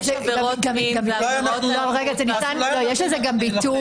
יש עבירות מין ועבירות אלימות --- גם בחוק